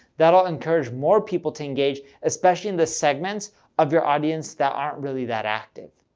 that'll encourage more people to engage especially in the segments of your audience that aren't really that active.